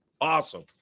awesome